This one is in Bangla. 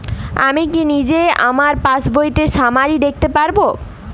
আমি কি নিজেই আমার পাসবইয়ের সামারি দেখতে পারব?